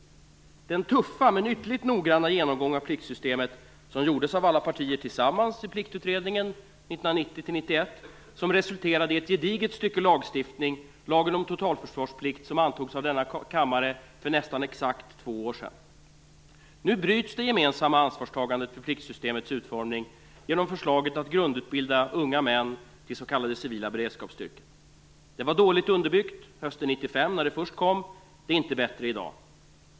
Den tuffa, men ytterligt noggranna, genomgång av pliktsystemet som gjordes av alla partier tillsammans i Pliktutredningen 1990 1991, resulterade i ett gediget stycke lagstiftning, lagen om totalförsvarsplikt, som antogs av denna kammare för nästan exakt två år sedan. Nu bryts det gemensamma ansvarstagandet för pliktsystemets utformning genom förslaget att grundutbilda unga män till s.k. civila beredskapsstyrkor. Detta förslag var dåligt underbyggt hösten 1995 när det först lades fram, och det är inte bättre i dag.